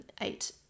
eight